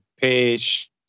Page